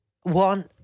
one